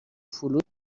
فلوت